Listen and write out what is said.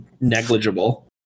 negligible